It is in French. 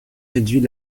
réduit